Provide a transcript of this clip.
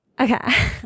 Okay